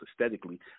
aesthetically